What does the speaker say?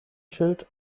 schild